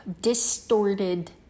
distorted